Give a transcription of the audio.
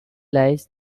lies